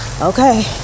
Okay